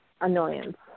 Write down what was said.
annoyance